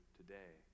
today